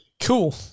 Cool